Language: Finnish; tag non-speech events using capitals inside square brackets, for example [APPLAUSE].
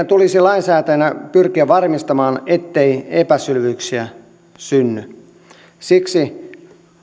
[UNINTELLIGIBLE] tulisi lainsäätäjinä pyrkiä varmistamaan ettei epäselvyyksiä synny siksi